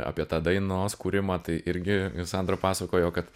apie tą dainos kūrimą tai irgi sandra pasakojo kad